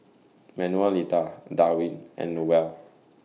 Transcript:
Manuelita Darwin and Lowell